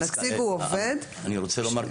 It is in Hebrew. אני רוצה לומר,